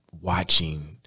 watching